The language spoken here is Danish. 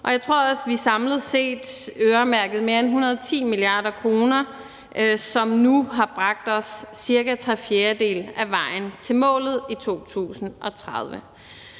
og jeg tror også, at vi samlet set øremærkede mere end 110 mia. kr., som nu har bragt os ca. tre fjerdedele af vejen til målet i 2030.